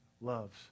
loves